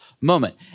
moment